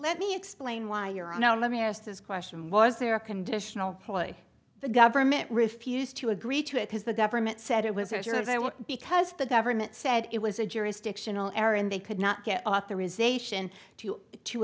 let me explain why you're a no let me ask this question was there a conditional play the government refused to agree to it because the government said it was because the government said it was a jurisdictional erin they could not get authorisation to